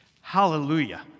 hallelujah